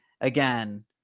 again